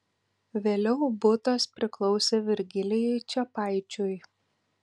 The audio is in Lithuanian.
vėliau butas priklausė virgilijui čepaičiui